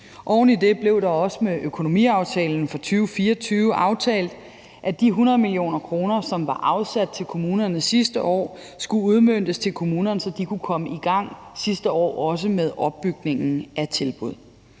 Oven i det blev det også med økonomiaftalen for 2024 aftalt, at de 100 mio. kr., som var afsat til kommunerne sidste år, skulle udmøntes til kommunerne, så de sidste år også kunne komme i gang med opbygningen af tilbud.